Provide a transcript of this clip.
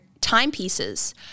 timepieces